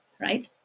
right